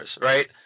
right